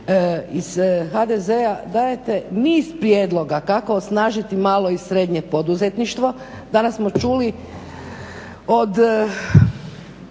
iz HDZ-a dajete niz prijedloga kako osnažiti malo i srednje poduzetništvo. Danas smo čuli od